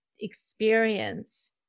experience